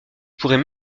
pourrait